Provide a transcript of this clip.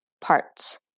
parts